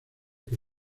que